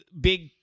big